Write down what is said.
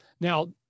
Now